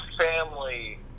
family